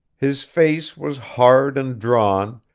his face was hard and drawn,